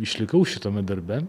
išlikau šitame darbe